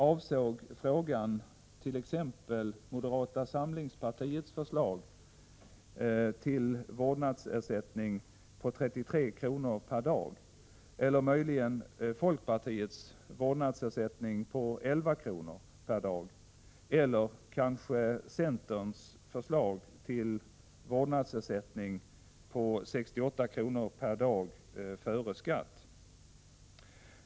Avsåg frågan t.ex. moderata samlingspartiets förslag till vårdnadsersättning på 33 kr. per dag eller möjligen folkpartiets vårdnadsersättning på 11 kr. per dag eller kanske centerns förslag till vårdnadsersättning på 68 kr. per dag före skatt?